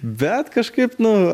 bet kažkaip nu